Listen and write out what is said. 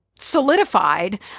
solidified